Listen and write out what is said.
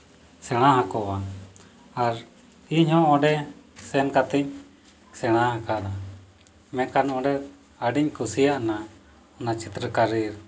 ᱥᱮᱬᱟ ᱟᱠᱚᱣᱟ ᱟᱨ ᱤᱧᱦᱚᱸ ᱚᱸᱰᱮ ᱥᱮᱱ ᱠᱟᱛᱮᱫ ᱥᱮᱬᱟ ᱟᱠᱟᱫᱟ ᱢᱮᱱᱠᱷᱟᱱ ᱚᱸᱰᱮ ᱟᱹᱰᱤᱧ ᱠᱩᱥᱤᱭᱟᱱᱟ ᱚᱱᱟ ᱪᱤᱛᱨᱚ ᱠᱟᱹᱨᱤ